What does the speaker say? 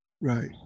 Right